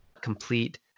complete